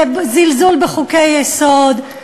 זה זלזול בחוקי-יסוד,